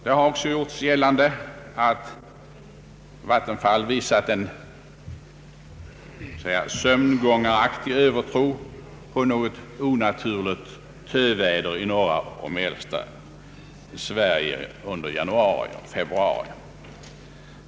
Det har också gjorts gällande att Vattenfall visat en sömngångaraktig övertro på att det skulle komma ett onaturligt töväder i norra och mellersta Sverige under januari och februari.